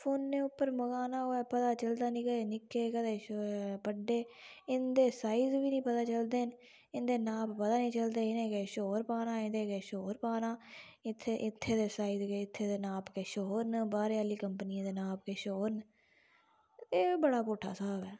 फोनै उप्पर मंगाना होए पता चलदा निं कदें निक्के कदें बड्डे इं'दे साईज बी नीं पता चलदे इ'नेट गी नाप पता निं चलदा कदें किश होर पाना कदें किश होर पाना ते इत्थै दे नाप किश होर न ते बाह्र आह्ली कंट्री दे नाप किश होर न ते एह् बड़ा पुट्ठा स्हाब ऐ